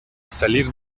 salir